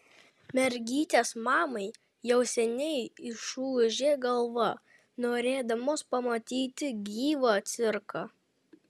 mergytės mamai jau seniai išūžė galvą norėdamos pamatyti gyvą cirką